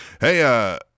Hey